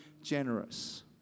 generous